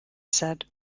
said